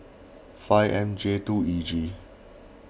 five M J two E G